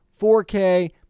4K